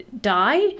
die